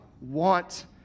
want